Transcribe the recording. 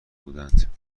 بودند